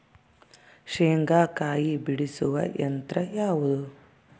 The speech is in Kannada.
ಶೇಂಗಾಕಾಯಿ ಬಿಡಿಸುವ ಯಂತ್ರ ಯಾವುದು?